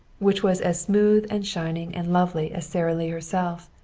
which was as smooth and shining and lovely as sara lee herself,